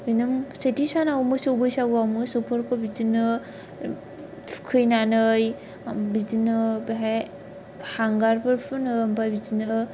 बेनाव सेथि सानाव मोसौ बैसागुवाव मोसौफोरखौ बिदिनो थुखैनानै बिदिनो बेहाय हांगारफोर फुनो आमफ्राय बिदिनो